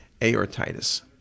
aortitis